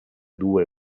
due